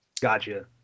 Gotcha